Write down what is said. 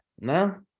no